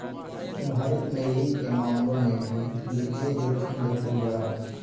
भारत मे ऋण के मामलों मे भी वित्तीय जोखिम देखल जा हय